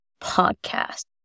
podcast